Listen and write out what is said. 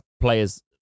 players